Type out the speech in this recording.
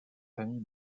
famille